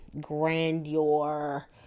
grandeur